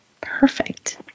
Perfect